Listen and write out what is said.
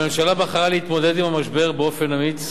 הממשלה בחרה להתמודד עם המשבר באופן אמיץ